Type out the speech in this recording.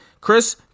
Chris